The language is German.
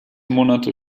monate